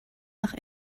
nach